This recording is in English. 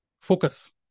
Focus